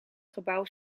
gebouw